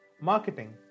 marketing